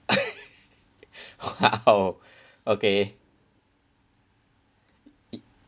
!wow! okay